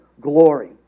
glory